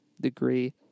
degree